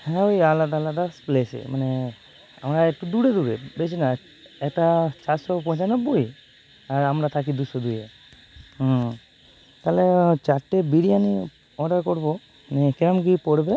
হ্যাঁ ওই আলাদা আলাদা প্লেসে আমরা একটু দূরে দূরে বেশি নয় একটা চারশো পঁচানব্বই আর আমরা থাকি দুশো দুইয়ে হুম তাহলে চারটে বিরিয়ানি অর্ডার করবো মানে কীরকম কী পড়বে